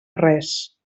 res